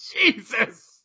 Jesus